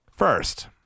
First